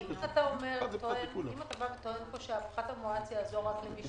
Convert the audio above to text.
אם אתה טוען פה שהפחת המואץ יעזור רק למי